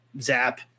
zap